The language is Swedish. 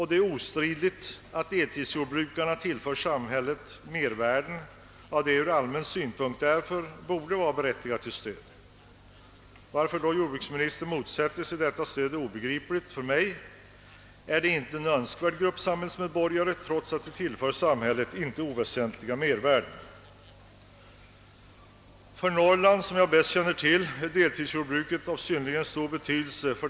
Det är ostridigt att deltidsjordbrukarna tillför samhället mervärden och att de därför från allmän synpunkt borde vara berättigade till stöd. Varför jordbruksministern motsätter sig detta stöd är obegripligt för mig. Är det inte fråga om en önskvärd grupp samhällsmedborgare som tillför samhället inte oväsentliga mervärden? För Norrland, som jag bäst känner till, är deltidsjordbruket av synnerligen stor betydelse.